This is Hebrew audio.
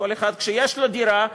כל אחד שיש לו דירה,